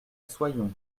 soyons